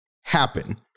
happen